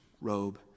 robe